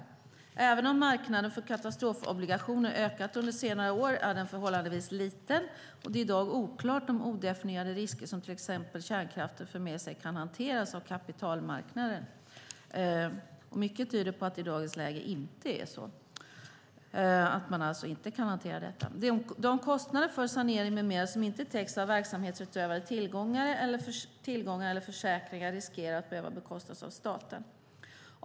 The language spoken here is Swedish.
Även om marknaden för katastrofobligationer ökat under senare år är den förhållandevis liten, och det är i dag oklart om odefinierade risker, som till exempel kärnkraften för med sig kan hanteras av kapitalmarknaden. Mycket tyder på att det i dagens läge inte är så. De kostnader för sanering med mera som inte täcks av verksamhetsutövares tillgångar eller försäkringar riskerar att behöva bekostas av staten.